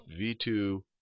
v2